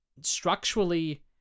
structurally